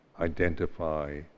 identify